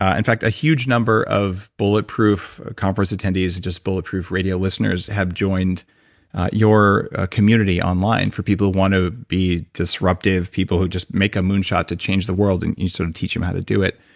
ah in fact, a huge number of bulletproof conference attendees and just bulletproof radio listeners have joined your community online, for people who want to be disruptive, people who just make a moonshot to change the world. and you sort of teach them how to do it,